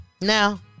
Now